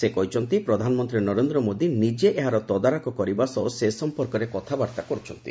ସେ କହିଛନ୍ତି ପ୍ରଧାନମନ୍ତ୍ରୀ ନରେନ୍ଦ୍ର ମୋଦି ନିଜେ ଏହାର ତଦାରଖ କରିବା ସହ ସେ ସମ୍ପର୍କରେ କଥାବାର୍ତ୍ତା କରୁଛନ୍ତି